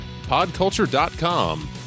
podculture.com